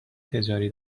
تجاری